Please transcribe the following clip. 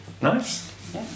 nice